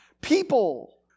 people